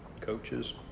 Coaches